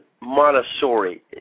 Montessori